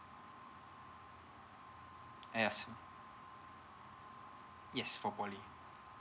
yes yes for poly